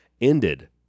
ended